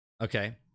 Okay